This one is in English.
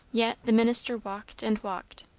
yet the minister walked and walked.